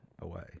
away